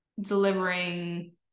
delivering